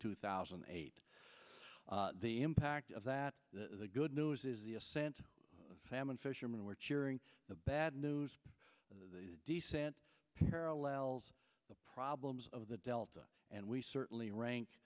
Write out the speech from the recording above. two thousand and eight the impact of that the good news is the ascent famine fishermen were cheering the bad news the descent parallels the problems of the delta and we certainly